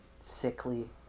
sickly